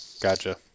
Gotcha